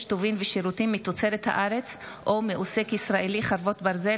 טובין ושירותים מתוצרת הארץ או מעוסק ישראלי (חרבות ברזל,